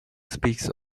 speaks